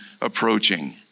approaching